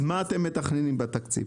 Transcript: אז מה אתם מתכננים בתקציב,